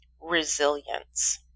resilience